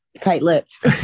tight-lipped